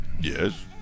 Yes